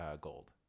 gold